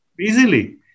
easily